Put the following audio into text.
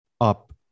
up